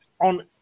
on